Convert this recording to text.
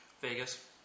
Vegas